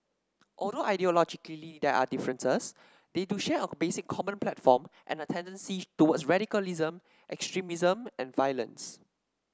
although ideologically there are differences they do share a basic common platform and a tendency towards radicalism extremism and violence